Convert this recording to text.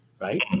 right